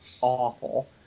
awful